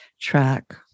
track